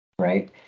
right